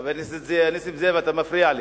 חבר הכנסת נסים זאב, אתה מפריע לי.